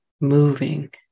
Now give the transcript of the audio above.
moving